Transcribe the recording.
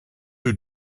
who